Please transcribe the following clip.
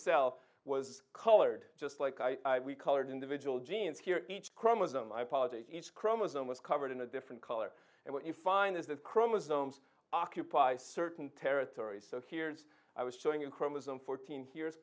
cell was colored just like i we colored individual genes here each chromosome my apology each chromosome was covered in a different color and what you find is that chromosomes occupy certain territory so here's i was showing a chromosome fourteen here's